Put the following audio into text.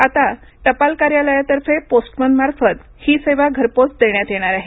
आता टपाल कार्यालयातर्फे पोस्टमन मार्फत ही सेवा घरपोच देण्यात येणार आहे